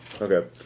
Okay